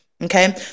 Okay